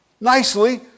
nicely